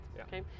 okay